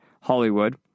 Hollywood